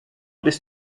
bys